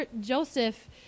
Joseph